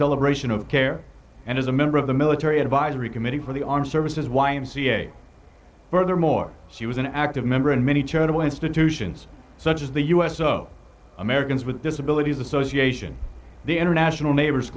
celebration of care and as a member of the military advisory committee for the armed services y m c a furthermore she was an active member in many charitable institutions such as the u s o americans with disabilities association the international neighbors